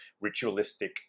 ritualistic